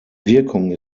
wirkung